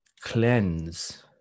cleanse